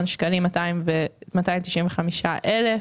10,295,000 שקלים.